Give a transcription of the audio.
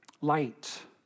light